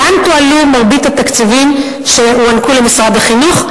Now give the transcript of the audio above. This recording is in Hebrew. לאן תועלו מרבית התקציבים שהוענקו למשרד החינוך?